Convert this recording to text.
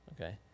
okay